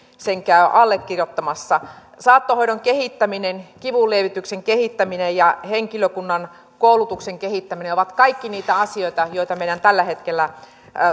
sen käy allekirjoittamassa saattohoidon kehittäminen kivunlievityksen kehittäminen ja henkilökunnan koulutuksen kehittäminen ovat kaikki niitä asioita joita meidän tällä hetkellä